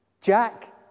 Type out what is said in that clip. Jack